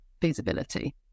feasibility